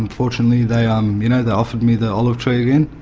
and fortunately they um you know they offered me the olive tree again,